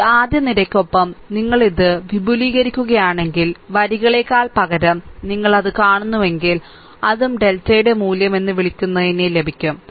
ഈ ആദ്യ നിരയ്ക്കൊപ്പം നിങ്ങൾ ഇത് വിപുലീകരിക്കുകയാണെങ്കിൽ വരികളേക്കാൾ പകരം നിങ്ങൾ അത് കാണുന്നുവെങ്കിൽ അതും ഡെൽറ്റയുടെ മൂല്യം എന്ന് വിളിക്കുന്നതിനെ ലഭിക്കും